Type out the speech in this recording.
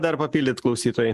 dar papildyt klausytojai